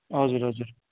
हजुर हजुर